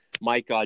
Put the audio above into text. Mike